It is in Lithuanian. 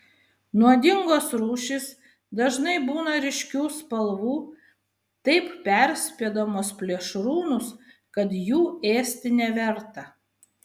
nuodingos rūšys dažnai būna ryškių spalvų taip perspėdamos plėšrūnus kad jų ėsti neverta